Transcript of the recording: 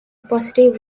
positive